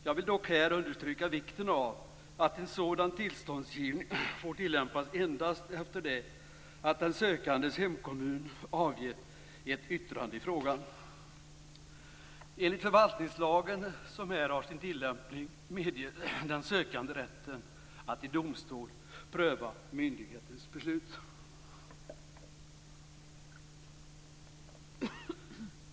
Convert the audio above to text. Jag vill dock här understryka vikten av att en sådan tillståndsgivning får tillämpas endast efter det att den sökandes hemkommun avgett ett yttrande i frågan. Enligt förvaltningslagen, som här har sin tillämpning, medges den sökande rätten att i domstol pröva myndighetens beslut.